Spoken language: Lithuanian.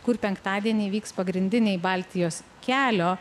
kur penktadienį vyks pagrindiniai baltijos kelio